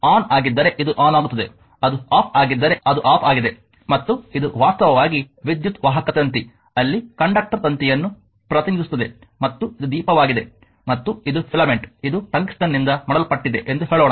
on ಆಗಿದ್ದರೆ ಇದು on ಆಗುತ್ತದೆ ಅದು ಆಫ್ ಆಗಿದ್ದರೆ ಅದು ಆಫ್ ಆಗಿದೆ ಮತ್ತು ಇದು ವಾಸ್ತವವಾಗಿ ವಿದ್ಯುತ್ ವಾಹಕ ತಂತಿ ಅಲ್ಲಿ ಕಂಡಕ್ಟರ್ ತಂತಿಯನ್ನು ಪ್ರತಿನಿಧಿಸುತ್ತದೆ ಮತ್ತು ಇದು ದೀಪವಾಗಿದೆ ಮತ್ತು ಇದು ಫಿಲಮೆಂಟ್ ಇದು ಟಂಗ್ಸ್ಟನ್ನಿಂದ ಮಾಡಲ್ಪಟ್ಟಿದೆ ಎಂದು ಹೇಳೋಣ